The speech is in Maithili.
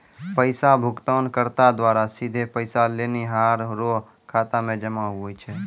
पैसा भुगतानकर्ता द्वारा सीधे पैसा लेनिहार रो खाता मे जमा हुवै छै